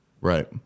Right